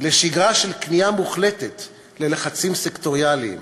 לשגרה של כניעה מוחלטת ללחצים סקטוריאליים